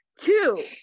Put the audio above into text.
Two